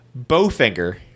Bowfinger